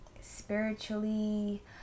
spiritually